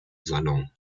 salon